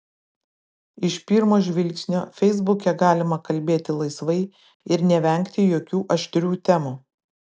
iš pirmo žvilgsnio feisbuke galima kalbėti laisvai ir nevengti jokių aštrių temų